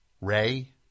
Ray